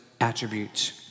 attributes